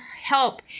help